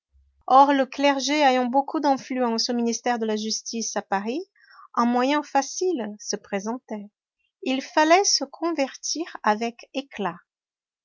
or le clergé avant beaucoup d'influence au ministère de la justice à paris un moyen facile se présentait il fallait se convertir avec éclat